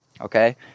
okay